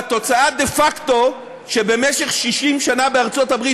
והתוצאה דה פקטו היא שבמשך 60 שנה בארצות-הברית,